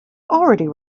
already